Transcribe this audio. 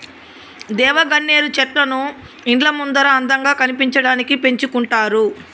దేవగన్నేరు చెట్లను ఇండ్ల ముందర అందంగా కనిపించడానికి పెంచుకుంటారు